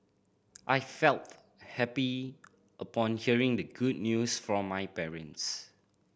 I felt happy upon hearing the good news from my parents